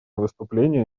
выступление